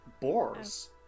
Boars